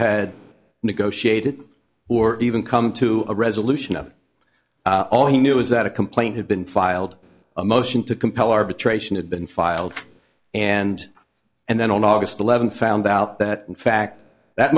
had negotiated or even come to a resolution of all he knew was that a complaint had been filed a motion to compel arbitration had been filed and and then on august eleventh found out that in fact that